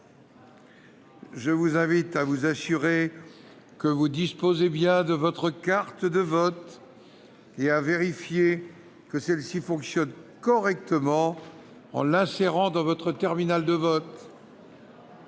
collègues, à vous assurer que vous disposez bien de votre carte de vote et à vérifier que celle-ci fonctionne correctement en l'insérant dans votre terminal de vote.